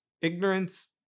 ignorance